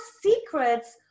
secrets